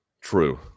True